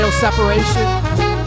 Separation